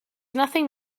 nothing